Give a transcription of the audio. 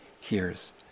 hears